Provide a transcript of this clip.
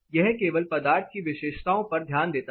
यह केवल पदार्थ की विशेषताओं पर ध्यान देता है